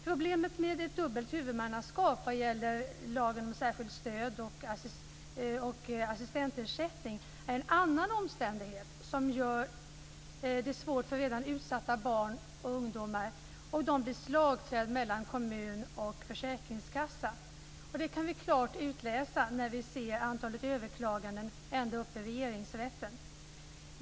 Problemet med ett dubbelt huvudmannaskap vad gäller lagen om särskilt stöd och assistentersättning är en annan omständighet som gör det svårt för redan utsatta barn och ungdomar. De blir slagträn mellan kommun och försäkringskassa. Det kan vi klart utläsa när vi ser antalet överklaganden ända upp i Regeringsrätten.